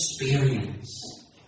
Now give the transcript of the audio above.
experience